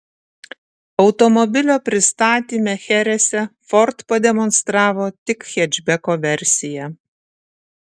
automobilio pristatyme cherese ford pademonstravo tik hečbeko versiją